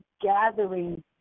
gathering